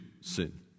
sin